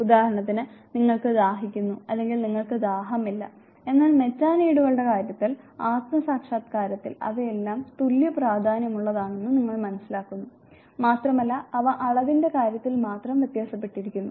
ഉദാഹരണത്തിന് നിങ്ങൾക്ക് ദാഹിക്കുന്നു അല്ലെങ്കിൽ നിങ്ങൾക്ക് ദാഹമില്ല എന്നാൽ മെറ്റാനീഡുകളുടെ കാര്യത്തിൽ ആത്മ സാക്ഷാത്കാരത്തിൽ അവയെല്ലാം തുല്യ പ്രാധാന്യമുള്ളതാണെന്ന് നിങ്ങൾ മനസ്സിലാക്കുന്നു മാത്രമല്ല അവ അളവിന്റെ കാര്യത്തിൽ മാത്രം വ്യത്യാസപ്പെട്ടിരിക്കുന്നു